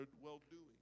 well-doing